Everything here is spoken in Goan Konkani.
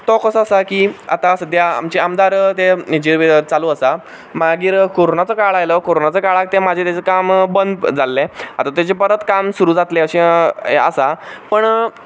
तो कसो आसा की आतां सद्या आमचें आमदार ते चालू आसा मागीर करोनाचो काळ आयलो कोरोनाच्या काळार तें मातशें तेंचें काम बंद जाल्लें आतां तेंचें परत काम सुरू जातलें अशें आसा पण